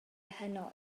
heno